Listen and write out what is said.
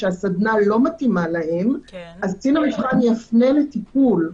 שהסדנה לא מתאימה להם אז קצין המבחן יפנה לטיפול.